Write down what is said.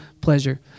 pleasure